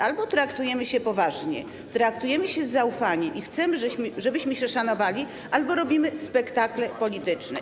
Albo traktujemy się poważnie, traktujemy się z zaufaniem i chcemy się szanować, albo robimy spektakle polityczne.